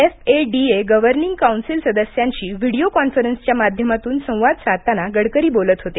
FADA governing कौन्सिलसदस्यांशी video कॉन्फरन्सच्या माध्यमातून संवाद साधताना गडकरी बोलत होते